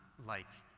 like,